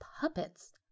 puppets